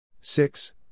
Six